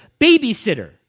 Babysitter